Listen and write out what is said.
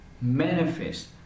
manifest